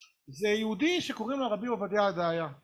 זה יהודי שקוראים לו רבי עובדיה הדאיה